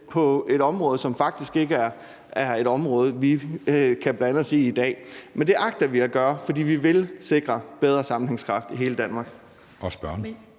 på et område, som faktisk ikke er et område, vi i dag kan blande os i. Men det agter vi at gøre, for vi vil sikre bedre sammenhængskraft i hele Danmark.